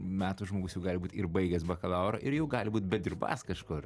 metų žmogus jau gali būt ir baigęs bakalaurą ir jau gali būti bedirbąs kažkur